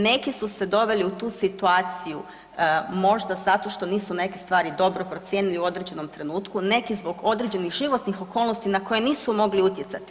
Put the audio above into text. Neki su se doveli u tu situaciju, možda zato što nisu neke stvari dobro procijenili u određenom trenutku, neki zbog određenih životnih okolnosti na koje nisu mogli utjecati.